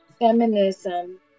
feminism